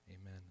Amen